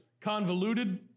convoluted